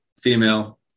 female